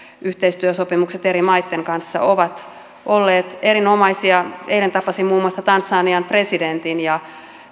yhteistyösopimukset eri maitten kanssa ovat olleet erinomaisia eilen tapasin muun muassa tansanian presidentin ja